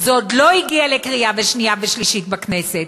זה עוד לא הגיע לקריאה שנייה ושלישית בכנסת.